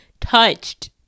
touched